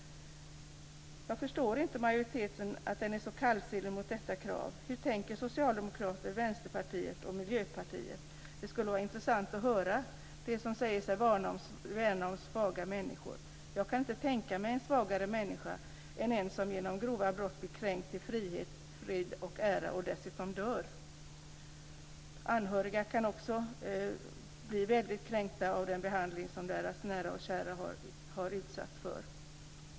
Jag förstår inte att majoriteten är så kallsinnig till detta krav. Hur tänker socialdemokrater, vänsterpartister och miljöpartister? Det skulle vara intressant att höra. De säger sig ju värna om svaga människor. Jag kan inte tänka mig en svagare människa än den som genom grova brott blir kränkt till frihet, frid och ära och som dessutom dör. Anhöriga kan också bli väldigt kränkta av den behandling som deras nära och kära utsatts för.